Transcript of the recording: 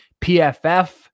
PFF